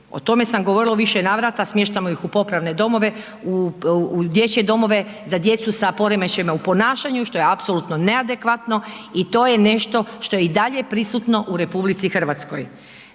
O tome sam govorila u više navrata, smještamo ih u popravne domove, u dječje domove za djecu sa poremećajima u ponašanju što je apsolutno neadekvatno i to je nešto što je i dalje prisutno u RH. Dakle,